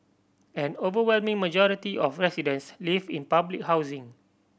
an overwhelming majority of residents live in public housing